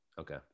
okay